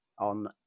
on